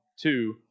Two